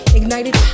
ignited